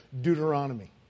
Deuteronomy